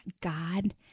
God